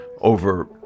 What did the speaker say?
over